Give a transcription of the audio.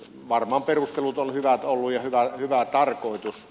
varmaan perustelut ovat hyvät olleet ja hyvä tarkoitus